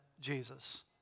Jesus